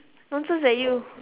nonsense eh you